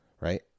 right